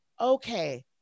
okay